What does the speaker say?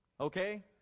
Okay